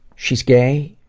she's gay.